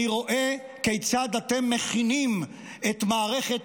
אני רואה כיצד אתם מכינים את מערכת